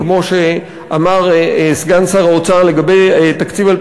הפער בין הגירעון המתוכנן לשנת 2012 לבין